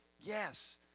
Yes